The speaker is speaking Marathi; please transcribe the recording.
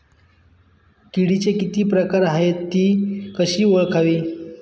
किडीचे किती प्रकार आहेत? ति कशी ओळखावी?